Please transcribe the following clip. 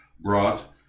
Brought